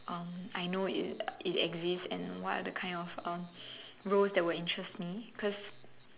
um I know it exists and what other kind of um roles that will interest me cause